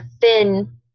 thin